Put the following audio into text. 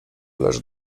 lecz